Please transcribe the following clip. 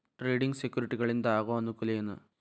trading ಸೆಕ್ಯುರಿಟಿಗಳಿಂದ ಆಗೋ ಅನುಕೂಲ ಏನ